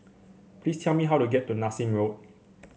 please tell me how to get to Nassim Road